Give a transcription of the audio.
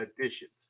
additions